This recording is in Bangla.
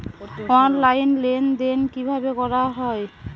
অনলাইন লেনদেন কিভাবে করা হয়?